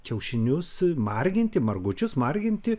kiaušinius marginti margučius marginti